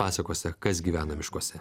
pasakose kas gyvena miškuose